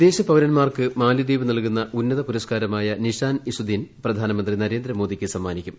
വിദേശപൌരന്മാർക്ക് മാലദ്വീപ് നൽകുന്ന ഉന്നത പുരസ്ക്കാരമായ നിഷാൻ ഇസുദ്ദീൻ പ്രധാനമന്ത്രി നരേന്ദ്രമോദിക്ക് സമ്മാനിക്കും